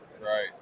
Right